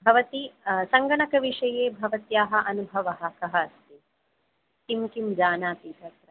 भवती सङ्गनकविषये भवत्याः अनुभवः कः किं किं जानाति तत्र